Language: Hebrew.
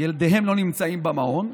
ילדיהם לא נמצאים במעון.